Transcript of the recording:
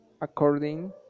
according